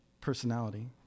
personality